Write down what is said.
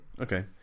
Okay